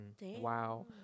Wow